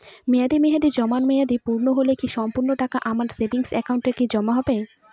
মেয়াদী মেহেদির জমা মেয়াদ পূর্ণ হলে কি সম্পূর্ণ টাকা আমার সেভিংস একাউন্টে কি জমা হবে?